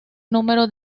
número